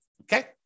okay